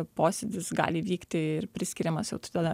posėdis gali įvykti ir priskiriamas jau tada